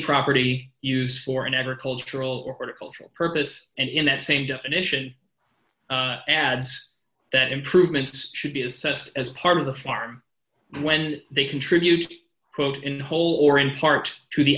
property used for an agricultural or particle purpose and in that same definition ads that improvements should be assessed as part of the farm when they contribute quote in whole or in part to the